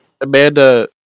Amanda